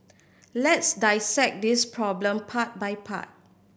let's dissect this problem part by part